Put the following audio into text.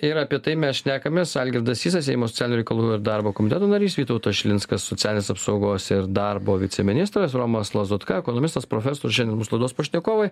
ir apie tai mes šnekamės algirdas sysas seimo socialinių reikalų ir darbo komiteto narys vytautas šilinskas socialinės apsaugos ir darbo viceministras romas lazutka ekonomistas profesorius šiandien mūsų laidos pašnekovai